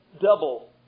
double